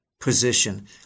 position